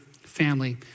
family